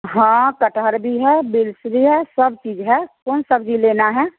हाँ कटहल भी है बिन्स भी है सब चीज़ है कौन सब्ज़ी लेना है